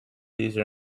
these